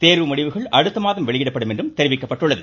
தேர்வு முடிவுகள் அடுத்தமாதம் வெளியிடப்படும் என்றும் தெரிவிக்கப்பட்டுள்ளது